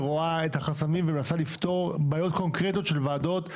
רואה את החסמים ומנסה לפתור בעיות קונקרטיות של ועדות.